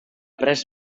pres